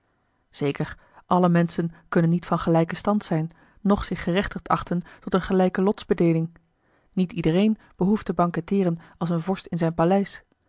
zeker alle menschen kunnen niet van gelijken stand zijn noch zich gerechtigd achten tot eene gelijke lotsbedeeling niet iedereen behoeft te banquetteeren als een vorst in zijn paleis